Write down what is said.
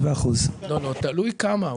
7%. תלוי כמה.